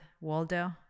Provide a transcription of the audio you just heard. waldo